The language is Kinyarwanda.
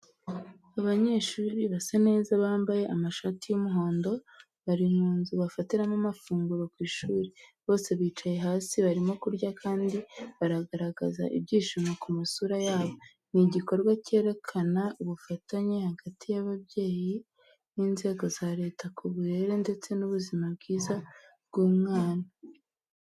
Abanyeshuri basa neza, bambaye amashati y'umuhondo, bari mu nzu bafatiramo amafunguro ku ishuri, bose bicaye hasi barimo kurya, kandi baragaragaza ibyishimo ku masura yabo. Ni igikorwa cyerekana ubufatanye hagati y'ababyeyi n'inzego za Leta ku burere ndetse n'ubuzima bwiza bw'umwana.